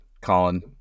Colin